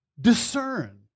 discern